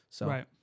Right